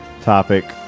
Topic